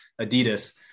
Adidas